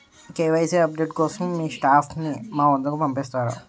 KYC update కోసం మీ staff ని మా వద్దకు పంపిస్తారా?